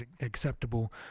acceptable